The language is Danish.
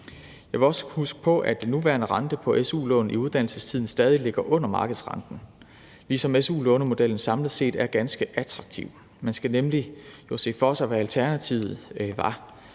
Jeg vil også minde om, at den nuværende rente på su-lån i uddannelsestiden stadig ligger under markedsrenten, ligesom su-lånemodellen samlet set er ganske attraktiv. Man skal nemlig se for sig, hvad alternativet var: